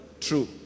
True